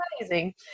amazing